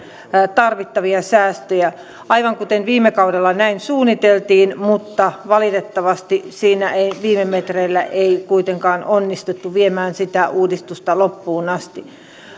tarvittavia säästöjä aivan kuten viime kaudella suunniteltiin mutta valitettavasti siinä ei viime metreillä kuitenkaan onnistuttu viemään sitä uudistusta loppuun asti